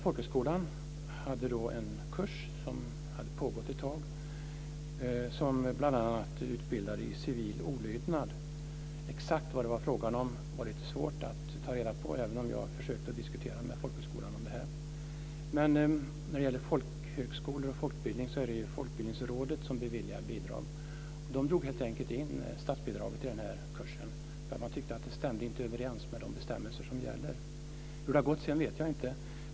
Folkhögskolan i fråga hade en kurs som hade pågått ett slag och som bl.a. utbildade i civil olydnad. Exakt vad det var fråga om var det lite svårt att ta reda på, även om jag försökte att diskutera med folkhögskolan om det. När det gäller folkhögskolor och folkbildning är det Folkbildningsrådet som beviljar bidrag, och det drog helt enkelt in statsbidraget till den här kursen. Man tyckte att den inte stämde överens med de bestämmelser som gäller. Hur det sedan har gått vet jag inte.